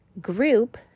group